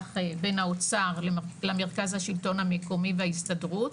בין האוצר למרכז השלטון המקומי וההסתדרות,